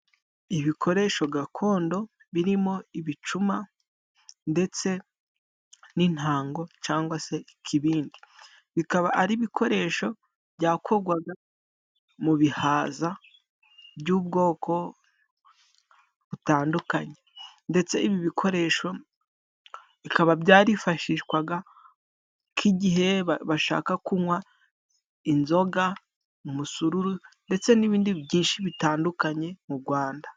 Ibikoresho gakondo birimo: ibicuma ndetse n'intango cangwa se ikibindi bikaba ari ibikoresho byakorwaga mu bihaza by'ubwoko butandukanye ndetse ibi bikoresho bikaba byarifashishwaga nk'igihe bashaka kunywa inzoga , umusuru ndetse n'ibindi byinshi bitandukanye mu Rwanda.